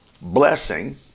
blessing